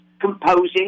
composing